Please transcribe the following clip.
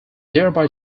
thereby